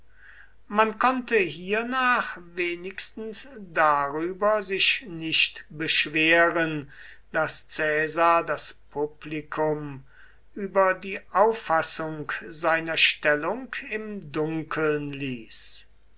man konnte hiernach wenigstens darüber sich nicht beschweren daß caesar das publikum über die auffassung seiner stellung im dunkeln ließ